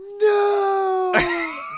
no